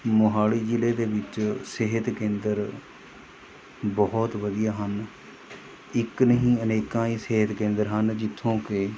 ਮੋਹਾਲੀ ਜ਼ਿਲ੍ਹੇ ਦੇ ਵਿੱਚ ਸਿਹਤ ਕੇਂਦਰ ਬਹੁਤ ਵਧੀਆ ਹਨ ਇੱਕ ਨਹੀਂ ਅਨੇਕਾਂ ਹੀ ਸਿਹਤ ਕੇਂਦਰ ਹਨ ਜਿੱਥੋਂ ਕਿ